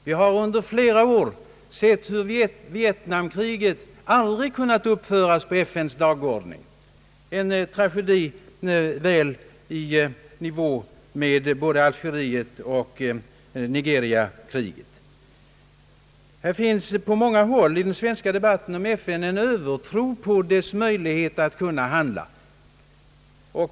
Vi har under flera år sett hur Vietnamkriget aldrig kunnat uppföras på FN:s dagordning, en tragedi väl i nivå med både Algerietoch Nigeriakriget. Den svenska debatten innehåller i många fall en övertro på FN:s möjligheter att kunna handla.